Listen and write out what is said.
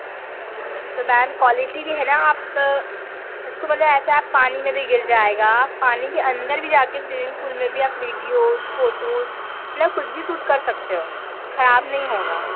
तो ma'am quality भी है ना आप उसको मतलब ऐसा आप पानी में भी गिर जाएगा आप पानी के अंदर भी जा के स्विमिंग पूल में भी आप वीडिओज़ फ़ोटोज़ मतलब कुछ भी शूट कर सकते हो खराब नहीं होगा